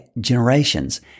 generations